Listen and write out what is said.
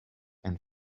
and